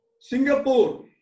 Singapore